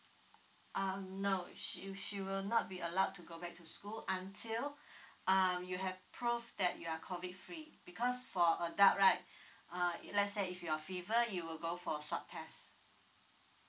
um no she she will not be allowed to go back to school until uh you have prove that you are COVID free because for adult right uh if let's say if you are fever you will go for swab test